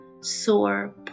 sore